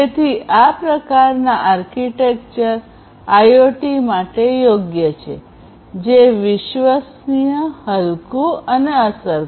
તેથી આ પ્રકારની આર્કિટેક્ચર આઇઓટી માટે યોગ્ય છે જે વિશ્વસનીય હલકુ અને અસરકારક છે